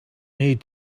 need